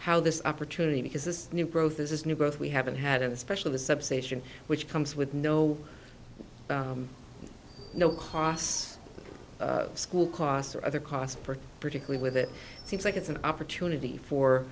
how this opportunity because this new growth is new growth we haven't had especially the substation which comes with no no costs school costs or other costs for particularly with it seems like it's an opportunity for